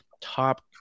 top